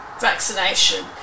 vaccination